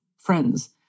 friends